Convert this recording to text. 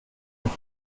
with